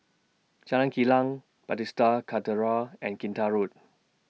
Jalan Kilang Bethesda Cathedral and Kinta Road